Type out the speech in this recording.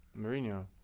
Mourinho